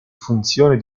funzione